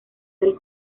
del